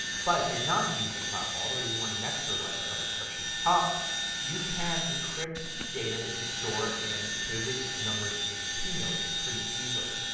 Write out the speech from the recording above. but if you're not using filevault but or you want an extra layer of encryption on top you can encrypt data that you store in pages, numbers, and keynote pretty easily.